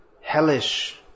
hellish